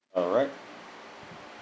alright